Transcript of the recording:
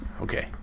Okay